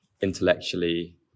intellectually